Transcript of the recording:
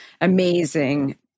amazing